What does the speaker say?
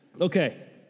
okay